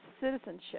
citizenship